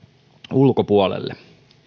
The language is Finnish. ulkopuolelle